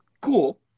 Cool